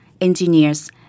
engineers